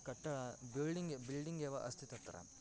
कटः building building एव अस्ति तत्र